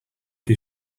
you